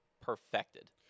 perfected